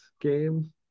game